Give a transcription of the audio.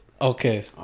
Okay